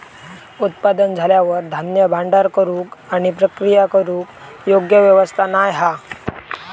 उत्पादन झाल्यार धान्य भांडार करूक आणि प्रक्रिया करूक योग्य व्यवस्था नाय हा